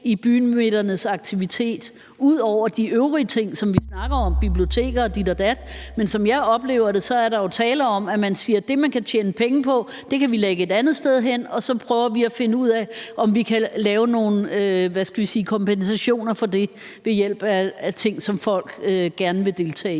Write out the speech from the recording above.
i bymidternes aktivitet ud over de øvrige ting, som vi snakker om, f.eks. biblioteker. Men som jeg oplever det, er der jo tale om, at man siger, at det, man kan tjene penge på, kan vi lægge et andet sted hen, og så prøver vi at finde ud af, om vi kan lave nogle, hvad skal vi sige, kompensationer for det ved hjælp af ting, som folk gerne vil deltage i.